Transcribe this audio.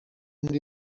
muri